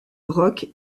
rock